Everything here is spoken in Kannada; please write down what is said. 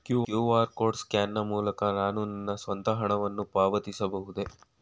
ಕ್ಯೂ.ಆರ್ ಕೋಡ್ ಸ್ಕ್ಯಾನ್ ಮೂಲಕ ನಾನು ನನ್ನ ಸ್ವಂತ ಹಣವನ್ನು ಪಾವತಿಸಬಹುದೇ?